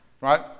Right